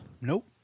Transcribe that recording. Nope